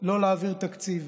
לא להעביר תקציב.